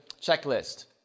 checklist